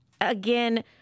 again